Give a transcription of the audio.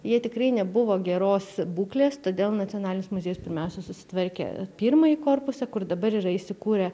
jie tikrai nebuvo geros būklės todėl nacionalinis muziejus pirmiausia susitvarkė pirmąjį korpusą kur dabar yra įsikūrę